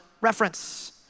reference